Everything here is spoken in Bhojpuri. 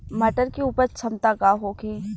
मटर के उपज क्षमता का होखे?